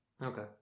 Okay